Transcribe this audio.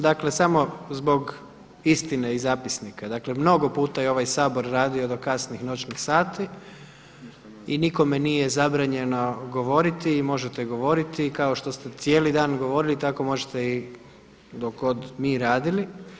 Dakle samo zbog istine i zapisnika, dakle mnogo puta je ovaj Sabor radio do kasnih noćnih sati i nikome nije zabranjeno govoriti i možete govoriti kao što ste cijeli dan govorili i tako možete i dok god mi radili.